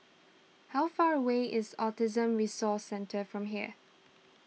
how far away is Autism Resource Centre from here